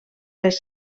les